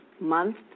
month